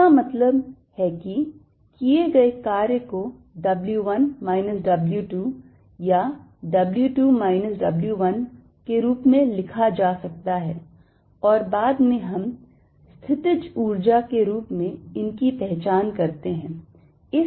इसका मतलब है कि किए गए कार्य को W 1 minus W 2 या W 2 minus W 1 के रूप में लिखा जा सकता है और बाद में हम स्थितिज ऊर्जा के रूप में इनकी पहचान करते हैं